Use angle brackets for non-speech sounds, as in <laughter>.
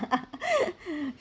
<laughs>